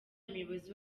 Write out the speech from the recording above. umuyobozi